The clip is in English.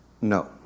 no